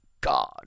God